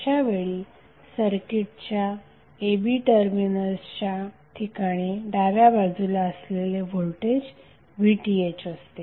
अशावेळी सर्किटच्या a b टर्मिनल्सच्या ठिकाणी डाव्या बाजूला असलेले व्होल्टेज VThअसते